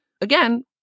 again